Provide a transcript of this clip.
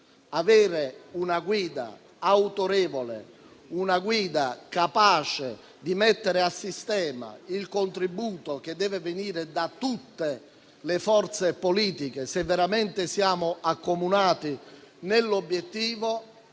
Avere una guida autorevole e capace di mettere a sistema il contributo che deve venire da tutte le forze politiche, se veramente accomunate nell'obiettivo,